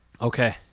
Okay